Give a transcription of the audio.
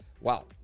wow